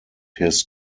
his